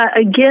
again